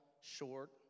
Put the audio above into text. short